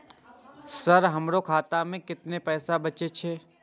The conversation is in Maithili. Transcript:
सर हमरो खाता में कतेक पैसा बचल छे?